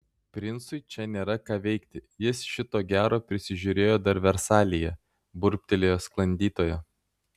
princui čia nėra ką veikti jis šito gero prisižiūrėjo dar versalyje burbtelėjo sklandytoja